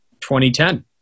2010